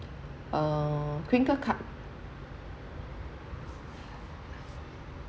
uh crinkle cut